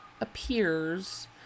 appears